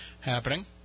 happening